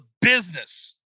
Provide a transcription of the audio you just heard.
business